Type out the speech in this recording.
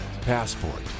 Passport